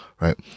Right